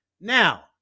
now